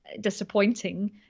disappointing